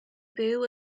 byw